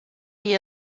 you